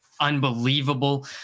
unbelievable